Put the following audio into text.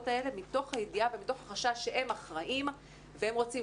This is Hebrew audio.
האלה מתוך הידיעה ומתוך החשש שהם אחראים והם רוצים,